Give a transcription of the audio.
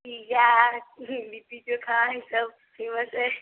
यहाँ के लिट्टी चोखा ई सब फेमस अछि